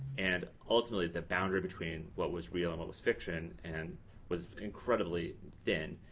and ultimately the boundary between what was real and what was fiction and was incredibly thin.